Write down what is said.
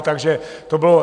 Takže to bylo...